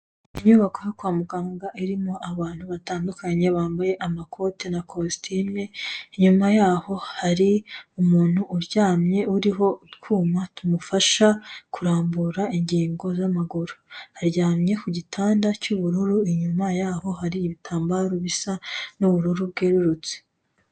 Inyubako yo kwa muganga irimo abantu batandukanye bambaye amakote na kositime, inyuma yaho hari umuntu uryamye uriho utwuma tumufasha kurambura ingingo z'amaguru. Aryamye ku gitanda cy'ubururu, inyuma yaho hari ibitambaro bisa n'ubururu bwerurutse.